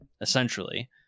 essentially